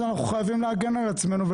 אז אנחנו חייבים להגן על עצמנו,